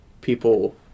people